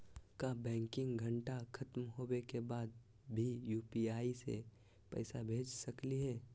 का बैंकिंग घंटा खत्म होवे के बाद भी यू.पी.आई से पैसा भेज सकली हे?